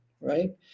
right